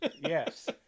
Yes